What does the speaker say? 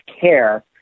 care